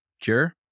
cure